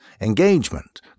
engagement